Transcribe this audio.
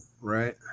right